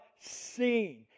seen